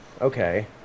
okay